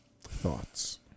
Thoughts